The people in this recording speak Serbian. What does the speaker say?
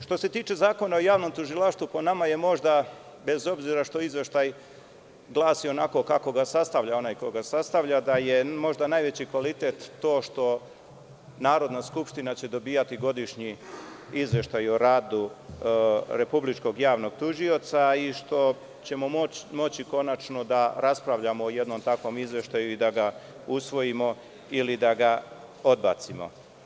Što se tiče Zakona o javnom tužilaštvu, po nama je, bez obzira što izveštaj glasi onako kako ga sastavlja onaj ko ga sastavlja, da je možda najveći kvalitet to što Narodna skupština će dobijati godišnji izveštaj o radu Republičkog javnog tužioca i što ćemo moći konačno da raspravljamo o jednom takvom izveštaju i da ga usvojimo ili da ga odbacimo.